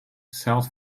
south